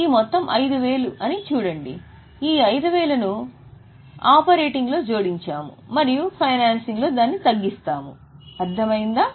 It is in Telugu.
ఈ మొత్తం 5000 అని చూడండి ఈ 5000 ను పి ఆపరేటింగ్లో జోడించాము మరియు ఫైనాన్సింగ్లో దాన్ని తగ్గిస్తాము అర్థమైందా